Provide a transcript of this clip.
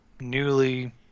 newly